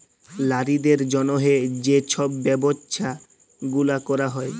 লারিদের জ্যনহে যে ছব ব্যবছা গুলা ক্যরা হ্যয়